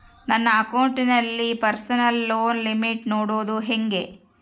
ನನ್ನ ಅಕೌಂಟಿನಲ್ಲಿ personal loan limit ನೋಡದು ಹೆಂಗೆ?